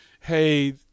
hey